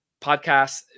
podcasts